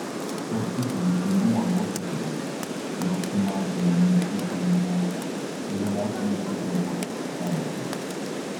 kartu su dėkingumo nuostatomis jos sumažina minčių painiavos ir emocinės įtampos saitų